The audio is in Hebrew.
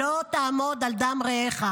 "לא תעמֹד על דם רעך".